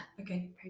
Okay